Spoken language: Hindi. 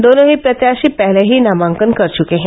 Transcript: दोनों ही प्रत्याशी पहले ही नामांकन कर चुके हैं